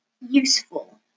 useful